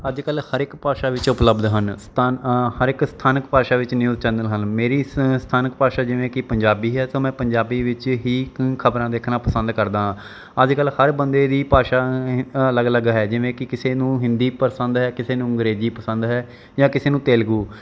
ਅੱਜ ਕੱਲ ਹਰ ਇੱਕ ਭਾਸ਼ਾ ਵਿੱਚ ਉਪਲਬਧ ਹਨ ਸਥਾ ਹਰ ਇੱਕ ਸਥਾਨਕ ਭਾਸ਼ਾ ਵਿੱਚ ਨਿਊਜ਼ ਚੈਨਲ ਹਨ ਮੇਰੀ ਸ ਸਥਾਨਕ ਭਾਸ਼ਾ ਜਿਵੇਂ ਕਿ ਪੰਜਾਬੀ ਹੈ ਤਾਂ ਮੈਂ ਪੰਜਾਬੀ ਵਿੱਚ ਹੀ ਖ ਖਬਰਾਂ ਦੇਖਣਾ ਪਸੰਦ ਕਰਦਾ ਹਾਂ ਅੱਜ ਕੱਲ ਹਰ ਬੰਦੇ ਦੀ ਭਾਸ਼ਾ ਅਲੱਗ ਅਲੱਗ ਹੈ ਜਿਵੇਂ ਕਿ ਕਿਸੇ ਨੂੰ ਹਿੰਦੀ ਪਸੰਦ ਹੈ ਕਿਸੇ ਨੂੰ ਅੰਗਰੇਜ਼ੀ ਪਸੰਦ ਹੈ ਜਾਂ ਕਿਸੇ ਨੂੰ ਤੇਲਗੂ